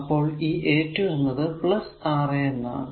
അപ്പോൾ ഈ a 2 എന്നത് R a എന്നാകും